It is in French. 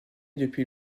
depuis